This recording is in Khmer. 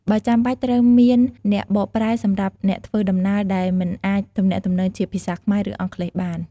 បើចាំបាច់ ត្រូវមានអ្នកបកប្រែសម្រាប់អ្នកធ្វើដំណើរដែលមិនអាចទំនាក់ទំនងជាភាសាខ្មែរ ឬអង់គ្លេសបាន។